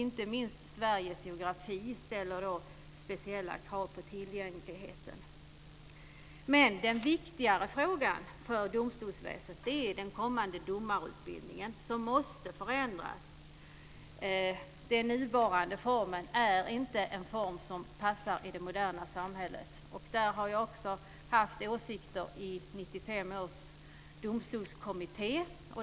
Inte minst Sveriges geografi ställer speciella krav på tillgängligheten. Men den viktigare frågan för domstolsväsendet är den kommande domarutbildningen, som måste förändras. Den nuvarande formen är inte en form som passar i det moderna samhället. Om detta har jag framfört åsikter i 1995 års domstolskommitté.